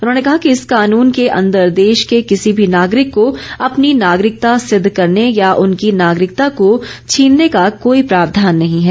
उन्होंने कहा कि इस कानून के अंदर देश के किसी भी नागरिक को अपनी नागरिकता सिद्द करने या उनकी नागरिकता को छीनने का कोई प्रावधान नहीं है